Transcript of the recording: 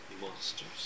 Monsters